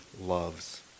loves